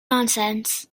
nonsense